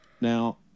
Now